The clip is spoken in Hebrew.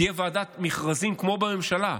תהיה ועדת מכרזים כמו בממשלה,